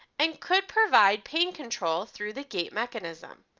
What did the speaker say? and could provide pain control through the gate mechanism.